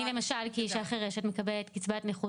אני למשל כאישה חירשת מקבלת קצבת נכות,